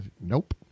Nope